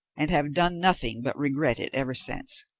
and have done nothing but regret it ever since.